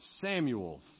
Samuel